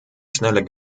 schneller